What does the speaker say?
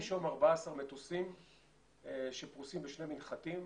יש 14 מטוסים שפרוסים בשני מנחתים.